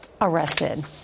arrested